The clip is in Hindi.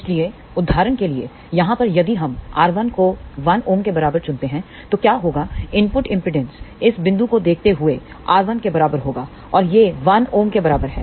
इसलिए उदाहरण के लिए यहाँ पर यदि हम R1 को 1Ω के बराबर चुनते हैं तो क्या होगा इनपुट इंमपीडांस इस बिंदु को देखते हुए R1 के बराबर होगा और यह 1 Ω के बराबर है